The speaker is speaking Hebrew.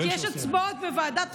כי יש הצבעות בוועדת החוקה,